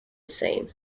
same